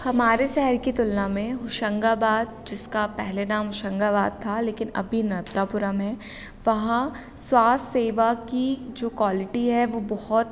हमारे शहर की तुलना में होशंगाबाद जिसका पहले नाम होशंगाबाद था लेकिन अभी नर्मदापुरम है वहाँ स्वास्थ्य सेवा की जो क्वालिटी है वो बहुत